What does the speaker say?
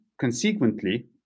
consequently